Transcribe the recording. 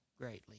greatly